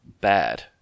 bad